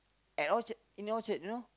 at Orchard in Orchard you know